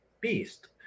Beast